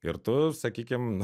ir tu sakykim